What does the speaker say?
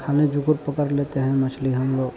खाने जुगुर पकड़ लेते हैं मछली हम लोग